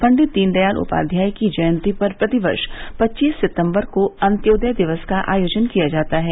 पंडित दीनदयाल उपाध्याय की जयंती पर प्रतिवर्ष पच्चीस सितंबर को अन्त्योदय दिवस का आयोजन किया जाता है